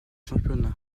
championnat